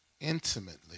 intimately